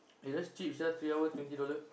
eh that's cheap sia three hour twenty dollar